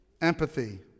empathy